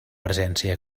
presència